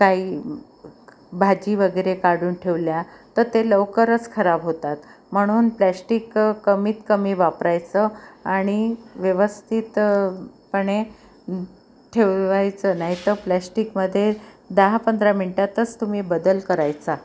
काही भाजी वगैरे काढून ठेवल्या तर ते लवकरच खराब होतात म्हणून प्लॅश्टिक कमीत कमी वापरायचं आणि व्यवस्थितपणे ठेवायचं नाही तर प्लॅश्टिकमध्ये दहा पंधरा मिनिटातच तुम्ही बदल करायचा